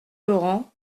laurent